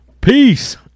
Peace